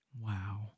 Wow